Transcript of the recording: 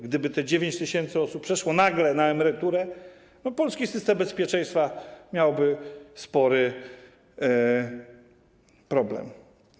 Gdyby te 9 tys. osób przeszło nagle na emeryturę, polski system bezpieczeństwa miałby spory problem.